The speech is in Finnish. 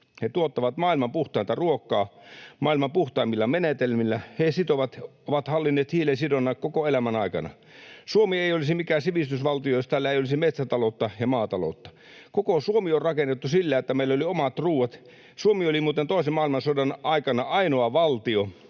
He tuottavat maailman puhtainta ruokaa maailman puhtaimmilla menetelmillä. He ovat hallinneet hiilensidonnan koko elämänsä aikana. Suomi ei olisi mikään sivistysvaltio, jos täällä ei olisi metsätaloutta ja maataloutta. Koko Suomi on rakennettu sillä, että meillä oli omat ruoat. Suomi oli muuten toisen maailmansodan aikana ainoa valtio,